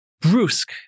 brusque